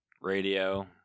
Radio